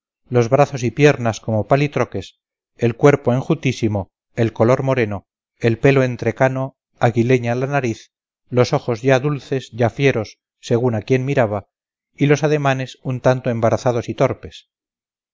los brazos y piernas como palitroques el cuerpo enjutísimo el color moreno el pelo entrecano aguileña la nariz los ojos ya dulces ya fieros según a quien miraba y los ademanes un tanto embarazados y torpes